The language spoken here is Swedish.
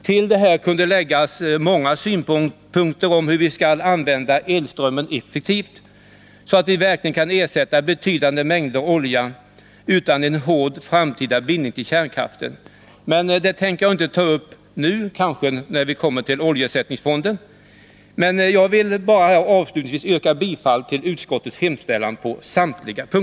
Till detta kunde läggas många synpunkter om hur vi skall använda elströmmen effektivt, så att vi verkligen kan ersätta betydande mängder olja utan en hård framtida bindning till kärnkraften, men det skall jag vänta med, kanske till debatten om oljeersättningsfonden. Avslutningsvis vill jag bara på samtliga punkter yrka bifall till utskottets hemställan.